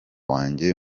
wanjye